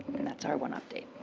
that's our one update.